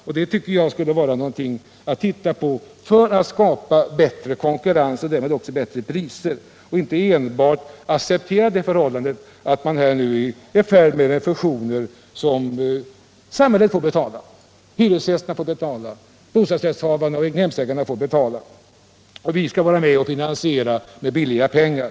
Jag tycker man skall studera förhållandet i syfte att skapa bättre konkurrens och därmed bättre priser, och inte bara acceptera att storföretagen är i färd med fusioner, som får betalas av samhället, av hyresgästerna, av bostadsrättshavarna och egnahemsägarna. Och staten skall vara med och finansiera med billiga pengar.